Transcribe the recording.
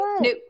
no